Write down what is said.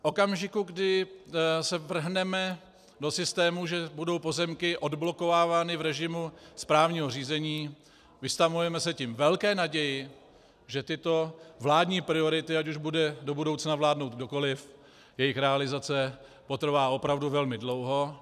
V okamžiku, kdy se vrhneme do systému, že budou pozemky odblokovávány v režimu správního řízení, vystavujeme se tím velké naději, že tyto vládní priority, ať už bude do budoucna vládnout kdokoliv, jejich realizace potrvá opravdu velmi dlouho.